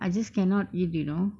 I just cannot eat you know